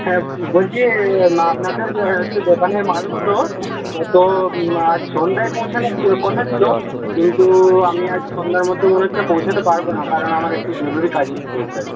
হ্যাঁ বলছি আপনাদের হচ্ছে দোকানের মালগুলো তো আজ সন্ধ্যায় পৌঁছানোর কথা ছিল কিন্তু আমি আজ সন্ধ্যার মধ্যে মনে হচ্ছে পৌঁছাতে পারব না কারণ আমার একটু জরুরী কাজ এসে পড়েছে আর কি